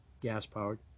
gas-powered